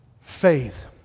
Faith